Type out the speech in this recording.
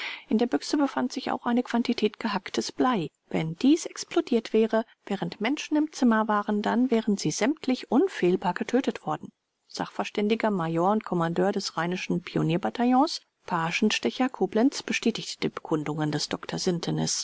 in der büchse befand sich auch eine quantität gehacktes blei wenn dies explodiert wäre während menschen im zimmer waren dann wären sie sämtlich unfehlbar getötet worden sachverständiger major und kommandeur des rheinischen pionierbataillons pagenstecher koblenz bestätigte die bekundungen des